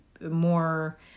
more